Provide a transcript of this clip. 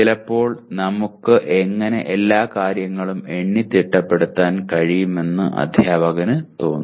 ചിലപ്പോൾ നമുക്ക് എങ്ങനെ എല്ലാ കാര്യങ്ങളും എണ്ണി തിട്ടപ്പെടുത്താൻ കഴിയുമെന്ന് അധ്യാപകന് തോന്നും